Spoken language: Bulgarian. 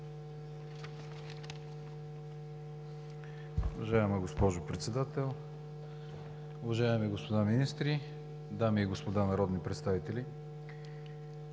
Уважаема госпожо Председател, уважаеми господа министри, дами и господа народни представители!